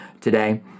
today